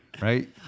Right